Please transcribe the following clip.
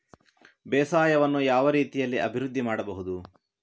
ಬೇಸಾಯವನ್ನು ಯಾವ ರೀತಿಯಲ್ಲಿ ಅಭಿವೃದ್ಧಿ ಮಾಡಬಹುದು?